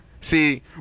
see